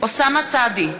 אוסאמה סעדי,